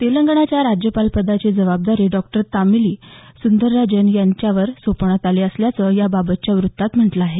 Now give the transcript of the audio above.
तेलंगणाच्या राज्यपालपदाची जबाबदारी डॉक्टर तमिलीसाई सुंदरराजन यांच्यावर सोपवण्यात आल्याचं याबाबतच्या व्रत्तात म्हटलं आहे